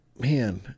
man